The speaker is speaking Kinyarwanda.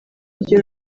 iryo